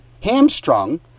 hamstrung